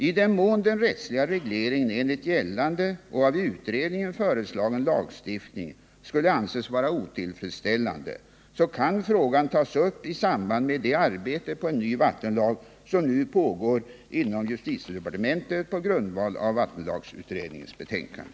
I den mån den rättsliga regleringen enligt gällande och av utredningen föreslagen lagstiftning skulle anses vara otillfredsställande kan frågan tas upp i samband med det arbete på en ny vattenlag som nu pågår inom justitiedepartementet på grundval av vattenlagsutredningens betänkande.